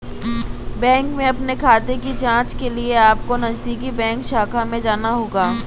bank में अपने खाते की जांच के लिए अपको नजदीकी बैंक शाखा में जाना होगा